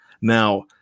Now